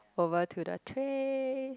over to the tray